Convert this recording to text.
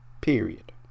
period